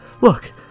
Look